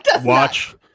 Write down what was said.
Watch